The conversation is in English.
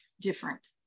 different